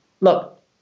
Look